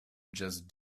just